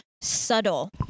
subtle